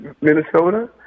Minnesota